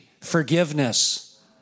Forgiveness